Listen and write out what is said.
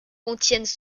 contiennent